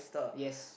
yes